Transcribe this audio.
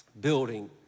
Building